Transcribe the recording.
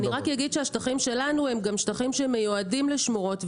אני רק אגיד שהשטחים שלנו הם גם שטחים שמיועדים לשמורות וגנים.